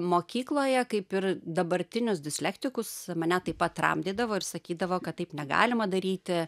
mokykloje kaip ir dabartinius dislektikus mane taip pat tramdydavo ir sakydavo kad taip negalima daryti